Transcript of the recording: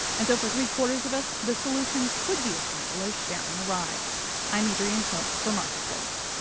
and so, for three-quarters of us, the solution could be as simple as sharing a ride i'm adriene hill for marketplace